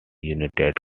united